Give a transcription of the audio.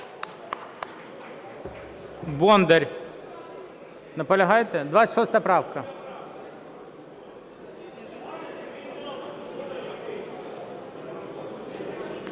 Бондар, наполягаєте? 26 правка.